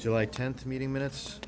july tenth meeting minutes